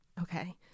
Okay